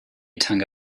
tongue